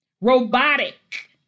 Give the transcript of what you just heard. robotic